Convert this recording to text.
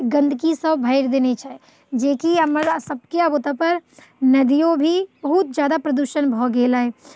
गन्दगीसँ भरि देने छै जेकि हमरा सभकेँ ओतऽ पर नदियो भी बहुत जादा प्रदूषण भऽ गेल अइ